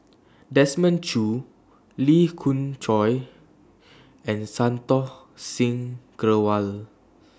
Desmond Choo Lee Khoon Choy and Santokh Singh Grewal